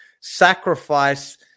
sacrifice